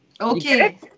Okay